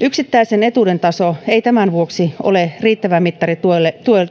yksittäisen etuuden taso ei tämän vuoksi ole riittävä mittari